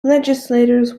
legislators